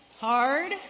Hard